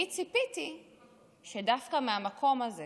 אני ציפיתי שדווקא מהמקום הזה